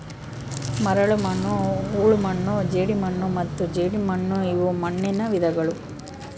ಮರಳುಮಣ್ಣು ಹೂಳುಮಣ್ಣು ಜೇಡಿಮಣ್ಣು ಮತ್ತು ಜೇಡಿಮಣ್ಣುಇವು ಮಣ್ಣುನ ವಿಧಗಳು